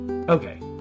Okay